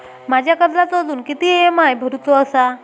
माझ्या कर्जाचो अजून किती ई.एम.आय भरूचो असा?